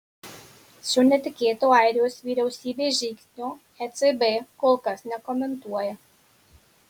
šio netikėto airijos vyriausybės žingsnio ecb kol kas nekomentuoja